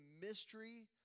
mystery